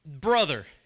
brother